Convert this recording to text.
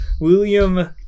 william